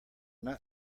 not